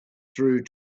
through